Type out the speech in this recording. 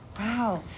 Wow